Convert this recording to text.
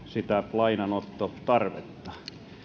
lainanottotarvetta